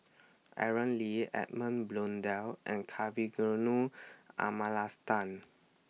Aaron Lee Edmund Blundell and Kavignareru Amallathasan